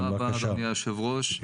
תודה רבה אדוני היושב-ראש.